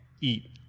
eat